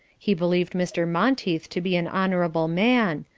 he believed mr. monteith to be an honourable man,